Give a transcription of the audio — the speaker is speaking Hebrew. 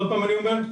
עוד פעם אני אומר,